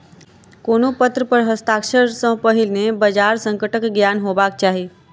कोनो पत्र पर हस्ताक्षर सॅ पहिने बजार संकटक ज्ञान हेबाक चाही